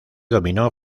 dominó